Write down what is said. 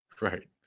Right